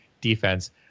defense